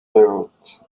root